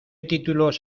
títulos